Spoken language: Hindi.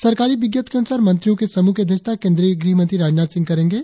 सरकारी विन्नति के अनसार मंत्रियों के समह की अध्यक्षता केन्दीय गृहमंत्री राजनाथ सिंह करेंगे